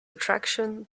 attraction